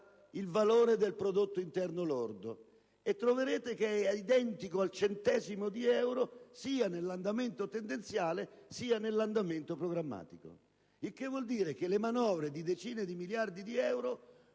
il valore del prodotto interno lordo, e troverete che esso è identico al centesimo di euro sia nell'andamento tendenziale sia nell'andamento programmatico. Il che vuol dire che le manovre di decine di miliardi di euro